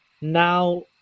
Now